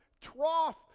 trough